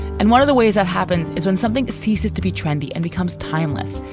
and one of the ways that happens is when something ceases to be trendy and becomes timeless,